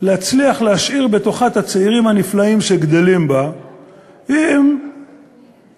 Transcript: להצליח להשאיר בתוכה את הצעירים הנפלאים שגדלים בה כי בעשר